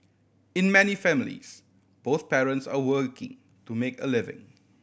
in many families both parents are working to make a living